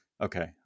Okay